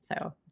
So-